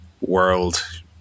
world